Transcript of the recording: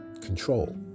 control